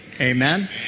Amen